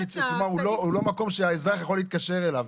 זאת אומרת הוא לא מקום שהאזרח יכול להתקשר אליו,